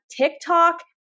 TikTok